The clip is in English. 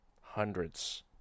hundreds